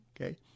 okay